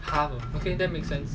okay that makes sense